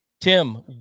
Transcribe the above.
Tim